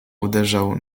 uderzał